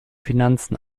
finanzen